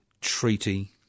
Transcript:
Treaty